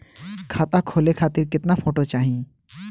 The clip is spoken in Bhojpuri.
खाता खोले खातिर केतना फोटो चाहीं?